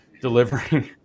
delivering